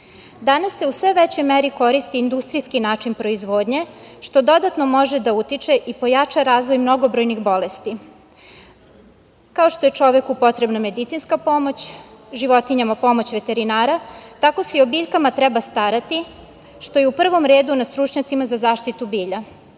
Danas se u sve većoj meri koristi industrijski način proizvodnje što dodatno može da utiče i pojača razvoj mnogobrojnih bolesti. Kao što je čoveku potrebna medicinska pomoć, životinjama pomoć veterinara, tako se i o biljkama treba starati, što je u prvom redu na stručnjacima za zaštitu bilja. Naša